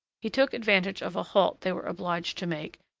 he took advantage of a halt they were obliged to make,